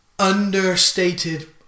understated